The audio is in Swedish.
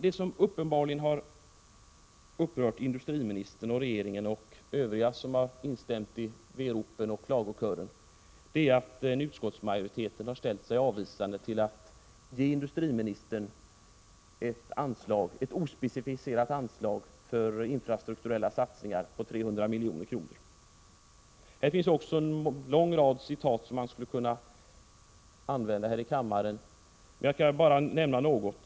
Det som uppenbarligen mest har upprört industriministern, regeringen och övriga som har instämt i veropen och klagokören är att utskottsmajoriteten har ställt sig avvisande till att ge industriministern ett ospecificerat anslag på 300 milj.kr. för infrastrukturella satsningar. Här finns en lång rad citat som skulle kunna användas, men jag skall bara nämna något.